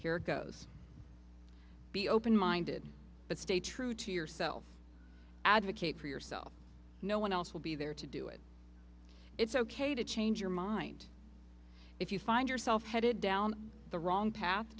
here goes be open minded but stay true to yourself advocate for yourself no one else will be there to do it it's ok to change your mind if you find yourself headed down the wrong path